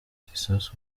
igisasu